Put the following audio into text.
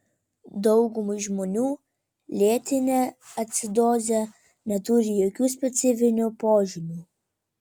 daugumai žmonių lėtinė acidozė neturi jokių specifinių požymių